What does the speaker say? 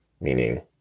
meaning